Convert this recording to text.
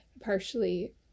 partially